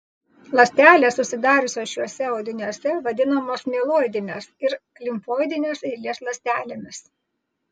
ląstelės susidariusios šiuose audiniuose vadinamos mieloidinės ir limfoidinės eilės ląstelėmis